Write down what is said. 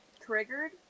triggered